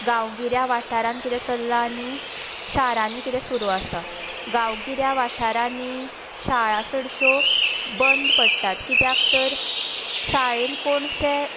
गांवगिऱ्या वाठारांत कितें चल्लां आनी शारांनी कितें सुरू आसा गांवगिऱ्या वाठारांनी शाळा चडशो बंद पडटात कित्याक तर शाळेंत कोण अशे